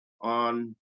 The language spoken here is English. on